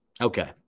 Okay